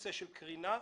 בנושא של קרינה וקליטה.